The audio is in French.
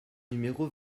numéro